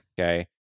Okay